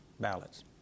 ballots